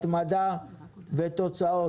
התמדה ותוצאות.